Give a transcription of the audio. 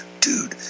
dude